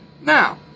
Now